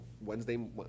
Wednesday